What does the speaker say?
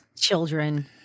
children